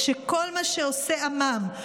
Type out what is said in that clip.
שכל מה שעושה עמם,